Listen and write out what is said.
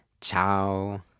ciao